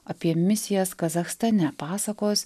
apie misijas kazachstane pasakos